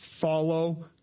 Follow